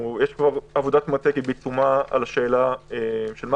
יש פה עבודת מטה עצומה על השאלה של מה